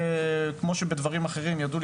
כמו שידעו לדחות דברים אחרים,